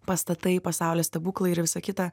pastatai pasaulio stebuklai ir visa kita